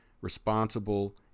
responsible